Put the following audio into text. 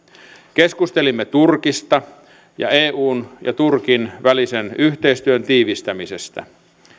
keskustelimme turkista ja eun ja turkin välisen yhteistyön tiivistämisestä